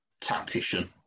tactician